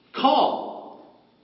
Call